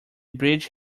bridge